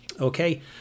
Okay